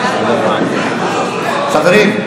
חברים,